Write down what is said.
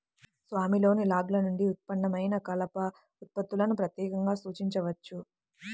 స్వామిలోని లాగ్ల నుండి ఉత్పన్నమైన కలప ఉత్పత్తులను ప్రత్యేకంగా సూచించవచ్చు